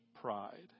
pride